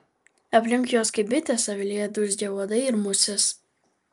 aplink juos kaip bitės avilyje dūzgia uodai ir musės